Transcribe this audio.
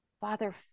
Father